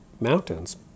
mountains